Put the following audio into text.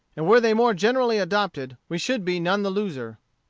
and were they more generally adopted we should be none the loser.